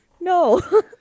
No